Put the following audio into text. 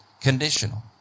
Conditional